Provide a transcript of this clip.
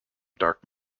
dark